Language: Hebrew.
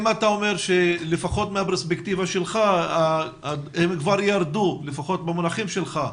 אם אתה אומר שלפחו מהפרספקטיבה שלך הם כבר ירדו לפחות במונחים שלך,